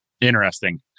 Interesting